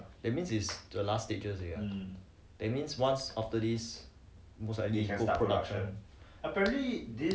ya anyway human human trial coming out already right that mean it's to the last stages already ah